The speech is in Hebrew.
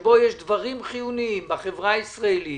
שבו יש דברים חיוניים בחברה הישראלית